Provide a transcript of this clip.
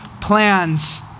plans